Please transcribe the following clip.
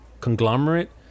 conglomerate